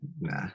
nah